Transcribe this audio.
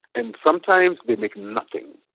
and sometimes they make nothing.